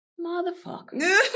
motherfucker